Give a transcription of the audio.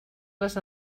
les